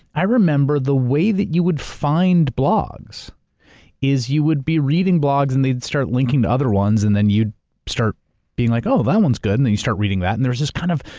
i remember the way that you would find blogs is you would be reading blogs and they'd start linking to other ones, and then you'd start being like, oh, that one's good, and then you start reading that, and there's this kind of,